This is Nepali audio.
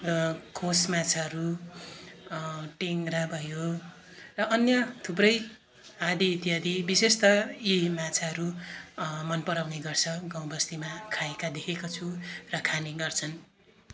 कोस माछाहरू टेङरा भयो र अन्य थुप्रै आदि इत्यादि विशेषतः यी माछाहरू मनपराउने गर्छ गाउँबस्तीमा खाएका देखेको छु र खाने गर्छन्